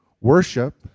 worship